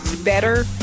better